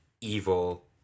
evil